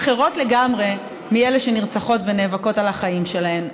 אחרות לגמרי מאלה שנרצחות ונאבקות על החיים שלהן.